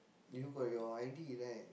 you got your I_D that